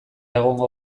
egongo